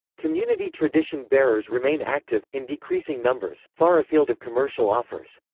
community tradition bearers remain active, in decreasing numbers, far afield of commercial offers.